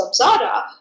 samsara